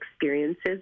experiences